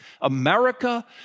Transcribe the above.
America